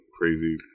crazy